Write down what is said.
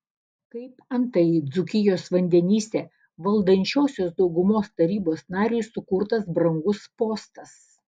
kaip antai dzūkijos vandenyse valdančiosios daugumos tarybos nariui sukurtas brangus postas